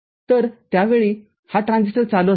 तर त्यावेळी हा ट्रान्झिस्टर चालू असेल